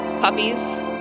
puppies